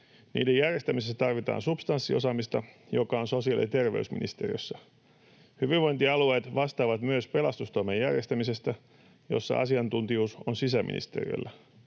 Niiden järjestämisessä tarvitaan substanssiosaamista, joka on sosiaali- ja terveysministeriössä. Hyvinvointialueet vastaavat myös pelastustoimen järjestämisestä, jossa asiantuntijuus on sisäministeriöllä.